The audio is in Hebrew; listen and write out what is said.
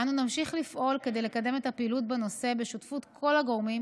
אנו נמשיך לפעול כדי לקדם את הפעילות בנושא בשותפות כל הגורמים